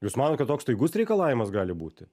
jūs manot kad toks staigus reikalavimas gali būti